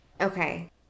okay